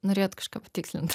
norėjot kažką patikslint